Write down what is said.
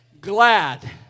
glad